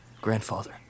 Grandfather